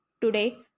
Today